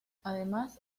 además